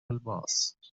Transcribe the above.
الباص